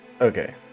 okay